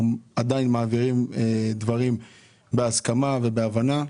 אנחנו עדיין מעבירים דברים בהסכמה ובהבנה.